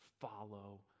follow